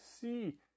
see